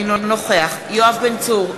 אינו נוכח יואב בן צור,